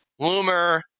Loomer